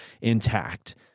intact